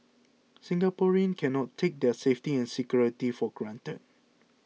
Singaporeans cannot take their safety and security for granted